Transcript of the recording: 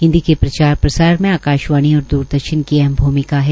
हिन्दी के प्रचार प्रसार में आकाशवाणी और दूरदर्शन की अहम भूमिका है